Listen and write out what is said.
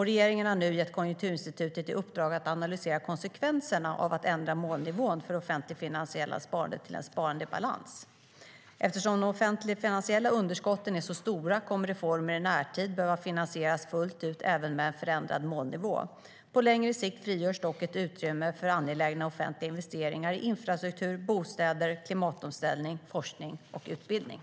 Regeringen har nu gett Konjunkturinstitutet i uppdrag att analysera konsekvenserna av att ändra målnivån för det offentligfinansiella sparandet till ett sparande i balans.